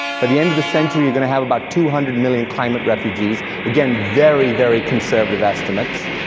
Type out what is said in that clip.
but the end of the century you're gonna have about two hundred million climate refugees, again, very, very conservative estimates,